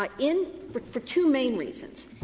um in for for two main reasons.